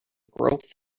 growth